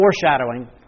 foreshadowing